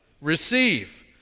Receive